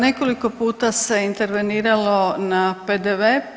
Nekoliko puta se interveniralo na PDV.